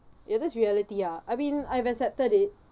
ya that's reality ah I mean I've accepted it